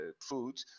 food